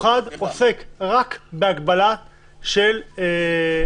היא נקבעת לפי טווחים הרבה יותר ארוכים ולא